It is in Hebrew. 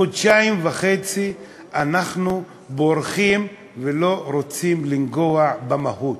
חודשיים וחצי אנחנו בורחים ולא רוצים לנגוע במהות.